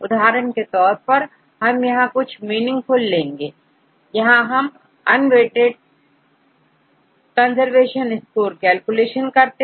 उदाहरण के तौर पर हम यहां कुछ मीनिंग फुल लेंगे यहां हम अनवेइटेड कंजर्वेशन स्कोर कैलकुलेशन करते हैं